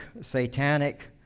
satanic